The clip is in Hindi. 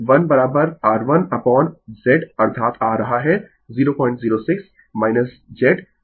Refer Slide Time 2630 इसीलिये Y1 r1 अपोन z अर्थात आ रहा है 006 z008